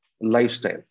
lifestyle